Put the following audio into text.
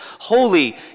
holy